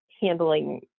handling